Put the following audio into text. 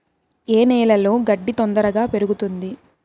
ఏ నేలలో గడ్డి తొందరగా పెరుగుతుంది